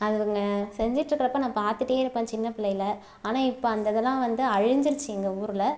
அவங்க செஞ்சிட்டுருக்கிறப்போ நான் பார்த்துட்டே இருப்பேன் சின்ன பிள்ளையில் ஆனால் இப்போ அந்த இதலாம் வந்து அழிஞ்சிடுத்து எங்கள் ஊரில்